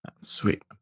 Sweet